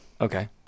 Okay